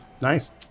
nice